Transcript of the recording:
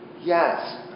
Yes